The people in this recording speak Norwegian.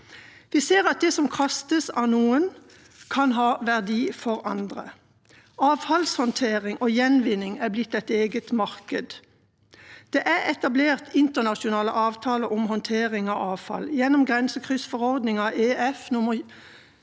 Vi ser at det som kastes av noen, kan ha verdi for andre. Avfallshåndtering og gjenvinning er blitt et eget marked. Det er etablert internasjonale avtaler om håndtering av avfall gjennom grensekryssforordningen –